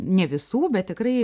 ne visų bet tikrai